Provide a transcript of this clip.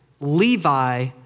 Levi